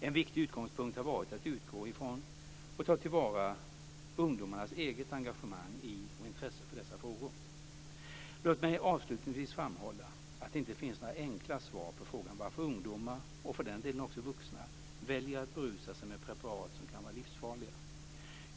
En viktig utgångspunkt har varit att utgå ifrån och ta till vara ungdomars eget engagemang i och intresse för dessa frågor. Låt mig avslutningsvis framhålla att det inte finns några enkla svar på frågan varför ungdomar, och för den delen också vuxna, väljer att berusa sig med preparat som kan vara livsfarliga.